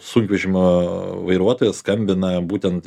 sunkvežimio vairuotojas skambina būtent